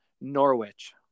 Norwich